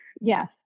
Yes